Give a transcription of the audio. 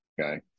okay